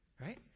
Right